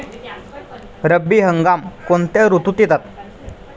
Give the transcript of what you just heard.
रब्बी हंगाम कोणत्या ऋतूत येतात?